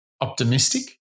optimistic